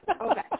okay